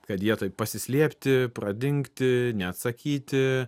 kad jie taip pasislėpti pradingti neatsakyti